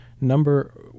number